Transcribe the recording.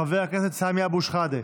חבר הכנסת סמי אבו שחאדה,